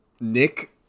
Nick